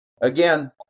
Again